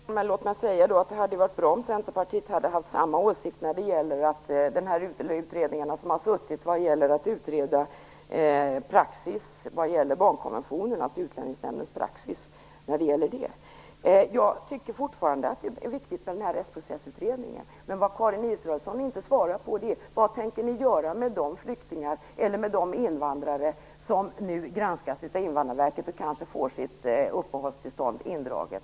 Fru talman! Låt mig säga att det hade varit bra om Centerpartiet hade haft samma åsikt om de utredningar som har utrett Utlänningsnämndens praxis vad gäller barnkonventionen. Jag tycker fortfarande att Rättsprocessutredningen är viktig. Men vad Karin Israelsson inte svarar på är vad man tänker göra med de invandrare som nu granskas av Invandrarverket och kanske får sina uppehållstillstånd indragna.